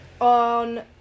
on